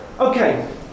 Okay